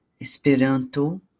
Esperanto